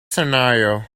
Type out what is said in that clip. scenario